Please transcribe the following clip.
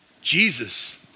Jesus